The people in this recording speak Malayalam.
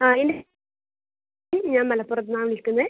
ആ ഇത് ഞാൻ മലപ്പറത്തുനിന്നാണ് വിളിക്കുന്നത്